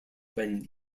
when